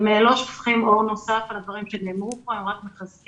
הם לא שופכים אור נוסף על הדברים שנאמרו כאן אלא הם רק מחזקים.